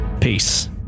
Peace